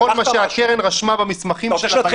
בניגוד מוחלט לכל מה שהקרן רשמה במסמכים שלה בימים